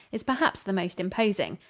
is perhaps the most imposing.